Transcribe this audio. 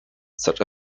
such